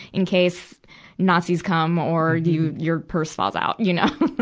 in case nazis come or you, your purse falls out, you know.